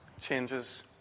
changes